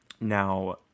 Now